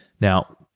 Now